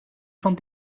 van